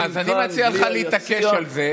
בלי היציע.